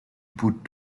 put